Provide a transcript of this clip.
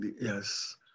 Yes